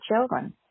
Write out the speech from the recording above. children